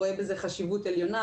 השר רואה בזה חשיבות עליונה,